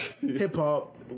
hip-hop